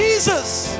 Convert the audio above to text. Jesus